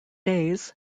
days